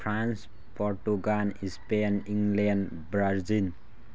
France Portugal Spain England Brazil